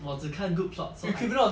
我只看 good plot so I